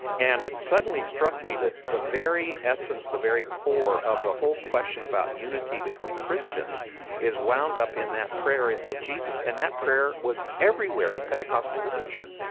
and it suddenly struck me that the very essence, the very core of the whole question about unity between christians is wound up in that prayer of jesus. and that prayer was everywhere in pentecostal literature.